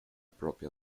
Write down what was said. propia